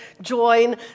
join